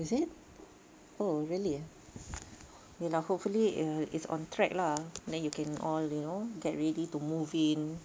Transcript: is it oh really ah ya lah hopefully err it's on track lah then you can all you know get ready to move in